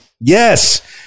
Yes